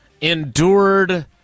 endured